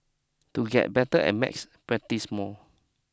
to get better at maths practise more